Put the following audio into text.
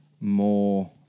more